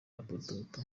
laptop